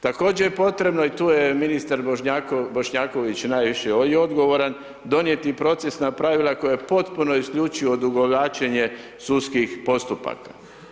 Također potrebno je i tu je ministar Bošnjaković i najviše odgovoran, donijeti procesna pravila koja u potpuno isključuje odugovlačenje sudskih postupaka.